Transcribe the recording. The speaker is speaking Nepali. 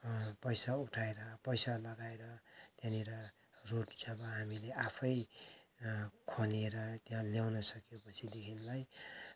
पैसा उठाएर पैसा लगाएर त्यहाँनिर रोड चाहिँ अब हामीले आफै खनेर त्या ल्याउन सक्यौँ पछिदेखिन्लाई